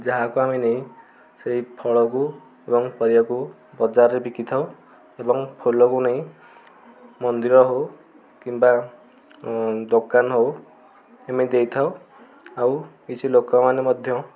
ଯାହାକୁ ଆମେ ନେଇ ସେଇ ଫଳକୁ ଏବଂ ପରିବାକୁ ବଜାରରେ ବିକିଥାଉ ଏବଂ ଫୁଲକୁ ନେଇ ମନ୍ଦିର ହେଉ କିମ୍ବା ଦୋକାନ ହେଉ ଏମିତି ଦେଇଥାଉ ଆଉ କିଛି ଲୋକମାନେ ମଧ୍ୟ